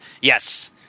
yes